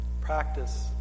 Practice